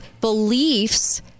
beliefs